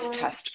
test